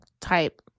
type